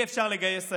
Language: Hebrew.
אי-אפשר לגייס סייעות.